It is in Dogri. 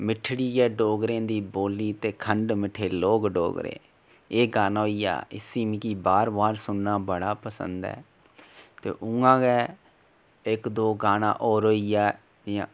मिटठी ऐ डोगरें दी बोल्ली ते खंड़ मिट्ठे लोग डोगरे एह् गाना होई गेआ इसी मिगी बार बार सुनने दा बड़ा पसंद ऐ ते उआं गै इक दो गाना होर होई गेआ जियां